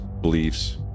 beliefs